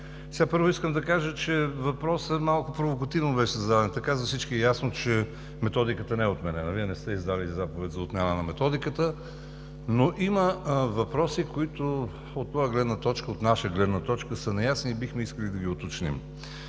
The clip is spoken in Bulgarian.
нещата. Първо, искам да кажа, че въпросът малко провокативно беше зададен така. За всички е ясно, че методиката не е отменена, Вие не сте издали заповед за отмяната ѝ, но има въпроси, които от своя гледна точка, от наша гледна точка са неясни и бихме искали да ги уточним.